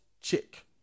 chick